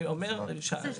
איך